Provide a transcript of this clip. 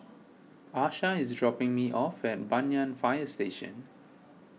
Asha is dropping me off at Banyan Fire Station